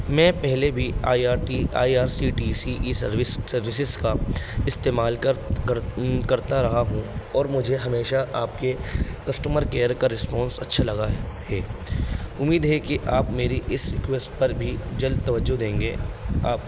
میں پہلے بھی I R T I R C T C E service services کا استعمال کر کر کرتا رہا ہوں اور مجھے ہمیشہ آپ کے کسٹمر کیئر کا رسپانس اچھا لگا ہے امید ہے کہ آپ میری اس ریکویسٹ پر بھی جلد توجہ دیں گے آپ